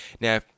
Now